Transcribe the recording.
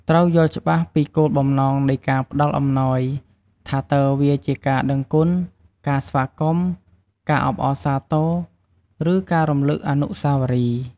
ត្រូវយល់ច្បាស់ពីគោលបំណងនៃការផ្តល់អំណោយ ថាតើវាជាការដឹងគុណ ការស្វាគមន៍ ការអបអរសាទរ ឬការរំលឹកអនុស្សាវរីយ៍។